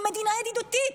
עם מדינה ידידותית,